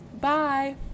Bye